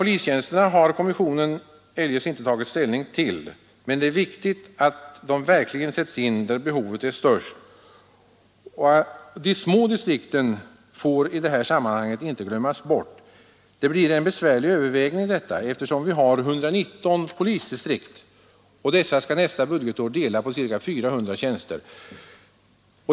Fredagen den Fördelningen av polis 1 juni 1973 ställning till, men det är viktigt att tjänsterna verkligen sätts in där behovet är störst. De små distrikten får i detta sammanhang inte glömmas sterna har kommissionen eljest inte tagit Åtgärder mot bort. Det blir en besvärlig övervägning, eftersom vi har 119 polisdistrikt brottsligheten och dessa nästa budgetår skall dela på ca 400 tjänster.